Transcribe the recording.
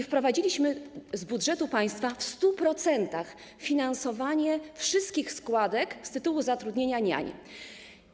Wprowadziliśmy z budżetu państwa w 100% finansowanie wszystkich składek z tytułu zatrudnienia niań.